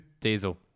Diesel